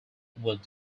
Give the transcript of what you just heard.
what